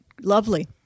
lovely